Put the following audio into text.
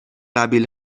قبیل